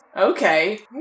Okay